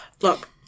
Look